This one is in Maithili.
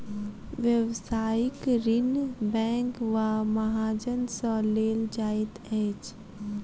व्यवसायिक ऋण बैंक वा महाजन सॅ लेल जाइत अछि